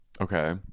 okay